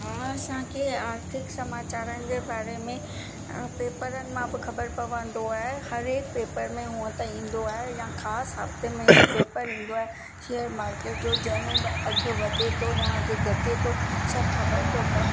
हा असांखे आर्थिक समाचारनि जे बारे में पेपरनि मां बि ख़बर पवंदो आहे हर हिकु पेपर में हूअं त ईंदो आहे या ख़ासि हफ़्ते में हिकु पेपर ईंदो आहे शेयर मार्किट जो जंहिं में अघु वधे थो या अघु घटे थो सभु ख़बर थो पिए